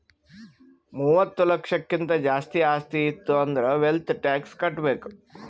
ಮೂವತ್ತ ಲಕ್ಷಕ್ಕಿಂತ್ ಜಾಸ್ತಿ ಆಸ್ತಿ ಇತ್ತು ಅಂದುರ್ ವೆಲ್ತ್ ಟ್ಯಾಕ್ಸ್ ಕಟ್ಬೇಕ್